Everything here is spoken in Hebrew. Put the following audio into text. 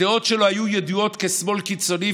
הדעות שלו היו ידועות כשמאל קיצוני.